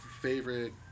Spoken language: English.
favorite